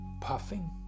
puffing